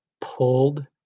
pulled